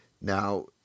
Now